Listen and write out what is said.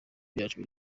byacu